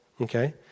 okay